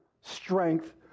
strength